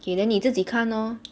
K then 你自己看 orh